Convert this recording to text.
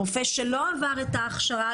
רופא שלא עבר הכשרה,